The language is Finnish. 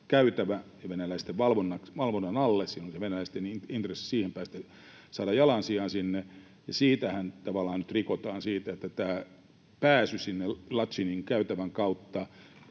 käytävä ja venäläisten valvonnan alle. Siinä on se venäläisten intressi päästä siihen, saada jalansijaa sinne. Sitähän tavallaan nyt rikotaan, että pääsy Laçınin käytävän kautta